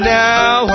now